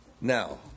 Now